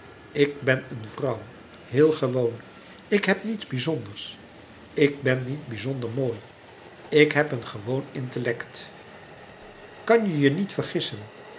ik ben een vrouw heel gewoon ik heb niets bizonders ik ben niet bizonder mooi ik heb een gewoon intellect kan je je niet vergissen